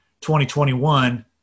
2021